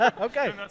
Okay